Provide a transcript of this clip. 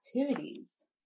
activities